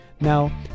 Now